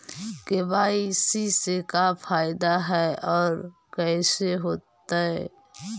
KYC से का फायदा है और कैसे होतै?